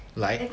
like